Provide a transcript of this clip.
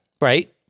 right